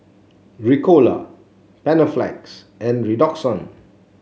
Ricola Panaflex and Redoxon